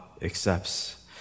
accepts